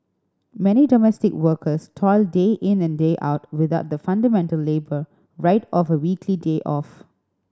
many domestic workers toil day in and day out without the fundamental labour right of a weekly day off